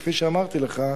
כפי שאמרתי לך,